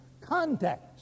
context